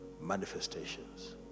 manifestations